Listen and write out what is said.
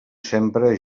sempre